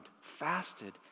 fasted